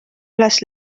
üles